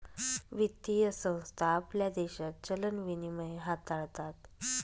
वित्तीय संस्था आपल्या देशात चलन विनिमय हाताळतात